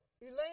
Elaine